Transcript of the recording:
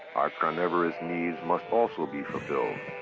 carnivorous needs must also be fulfilled.